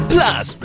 Plus